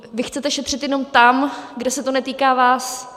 Vy chcete šetřit jenom tam, kde se to netýká vás.